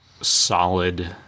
solid